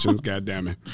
goddammit